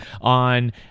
on